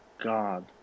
God